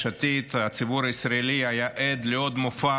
עתיד הציבור הישראלי היה עד לעוד מופע